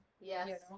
Yes